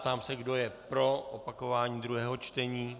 Ptám se, kdo je pro opakování druhého čtení.